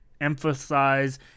emphasize